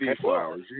flowers